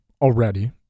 already